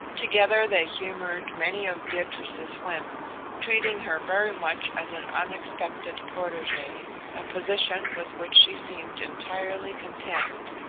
together they humoured many of beatrice's whims, treating her very much as an unexpected protegee, a position with which she seemed entirely content.